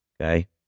Okay